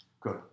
Good